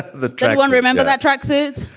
the one remember that tracksuit?